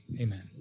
amen